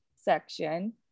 section